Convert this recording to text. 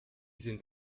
sind